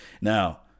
now